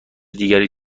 دیگری